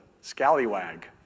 scallywag